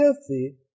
healthy